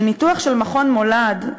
מניתוח של מכון "מולד"